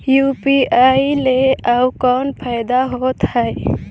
UPI ले अउ कौन फायदा होथ है?